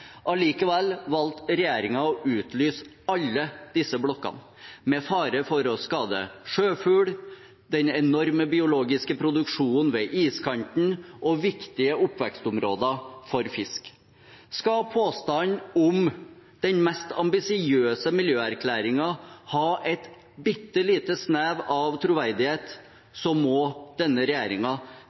Allikevel valgte regjeringen å utlyse alle disse blokkene – med fare for å skade sjøfugl, den enorme biologiske produksjonen ved iskanten og viktige oppvekstområder for fisk. Skal påstanden om den mest ambisiøse miljøerklæringen ha et bitte lite snev av troverdighet, må denne